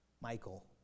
Michael